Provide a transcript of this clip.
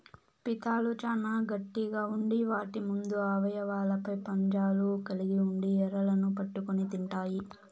పీతలు చానా గట్టిగ ఉండి వాటి ముందు అవయవాలపై పంజాలు కలిగి ఉండి ఎరలను పట్టుకొని తింటాయి